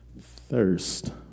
thirst